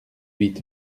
huit